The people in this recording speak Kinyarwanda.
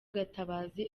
gatabazi